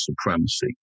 supremacy